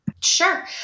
Sure